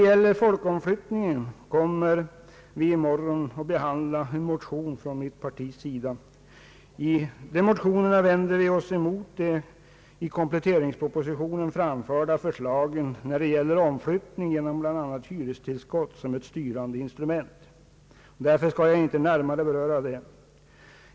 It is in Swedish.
Vi kommer i morgon att behandla motioner från mitt parti, i vilka vi vänder oss mot de i kompletteringspropositionen framförda förslagen rörande omflyttning, bl.a. införande av hyrestillskott som ett styrande instrument. Jag skall därför inte närmare beröra den saken i dag.